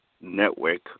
Network